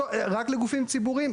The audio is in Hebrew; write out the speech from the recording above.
אותו, רק לגופים ציבוריים.